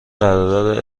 قرارداد